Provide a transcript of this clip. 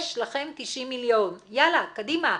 יש לכם 90 מיליון, יאללה, קדימה,